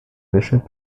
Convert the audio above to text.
bishop